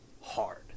hard